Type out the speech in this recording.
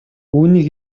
үүнийг